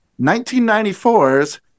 1994's